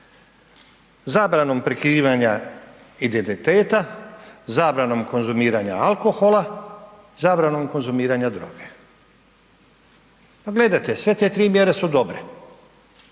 zabranom prekrivanja identiteta, zabranom konzumiranja alkohola, zabranom konzumiranja droge. Pa gledajte, sve te tri mjere su dobre,